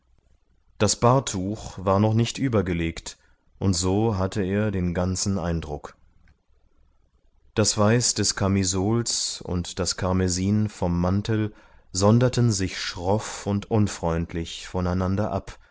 das bahrtuch war noch nicht übergelegt und so hatte er den ganzen eindruck das weiß des kamisols und das karmesin vom mantel sonderten sich schroff und unfreundlich voneinander ab